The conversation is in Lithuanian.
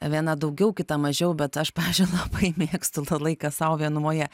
viena daugiau kita mažiau bet aš pavyzdžiui labai mėgstu tą laiką sau vienumoje